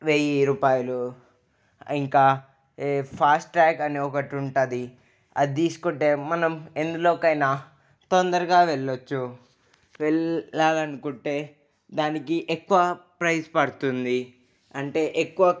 వెయ్యి రూపాయలు ఇంకా ఫాస్ట్ ట్రాక్ అనే ఒకటి ఉంటుంది అది తీసుకుంటే మనం ఎందులోకైనా తొందరగా వెళ్లొచ్చు వెళ్లాలనుకుంటే దానికి ఎక్కువ ప్రైస్ పడుతుంది అంటే ఎక్కువ